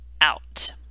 out